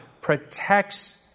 protects